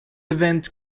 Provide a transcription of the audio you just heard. event